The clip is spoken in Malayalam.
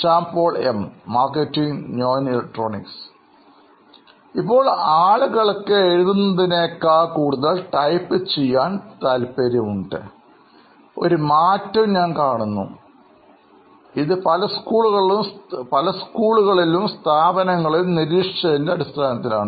ശ്യാം പോൾ എം മാർക്കറ്റിംഗ് നോയിൻ ഇലക്ട്രോണിക്സ് ഇപ്പോൾ ആളുകൾക്ക് എഴുതുന്നതിനേക്കാൾ കൂടുതൽ ടൈപ്പ് ചെയ്യാൻ താൽപര്യപ്പെടുന്നത് പോലെയുള്ള ഒരു മാറ്റം ഞാൻ കാണുന്നുണ്ട് ഇത് ചില സ്കൂളുകളിലും സ്ഥാപനങ്ങളിലും നിരീക്ഷിച്ചതിൽ അടിസ്ഥാനത്തിലാണ്